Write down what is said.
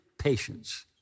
patience